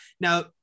Now